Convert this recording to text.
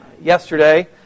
yesterday